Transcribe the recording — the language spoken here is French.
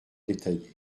détaillée